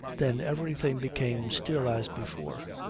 then everything became still as before.